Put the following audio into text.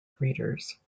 readers